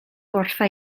wrtha